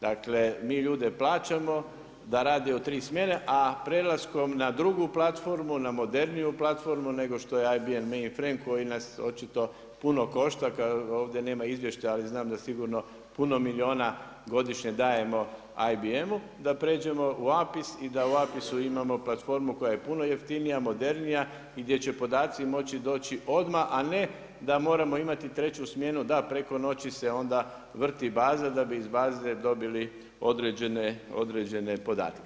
Dakle mi ljude plaćamo da rade u 3 smjene a prelaskom na drugu platformu, na moderniju platformu nego što je IBM mainframe koji nas očito puno košta kada, ovdje nema izvještaja ali znam da sigurno puno milijuna godišnje dajemo IPM-u da pređemo u APIS i da u APIS-u imamo platformu koja je puno jeftinija, modernija i gdje će podaci moći doći odmah a ne da moramo imati treću smjenu da preko noći se onda vrti baza da bi iz baze dobili određene podatke.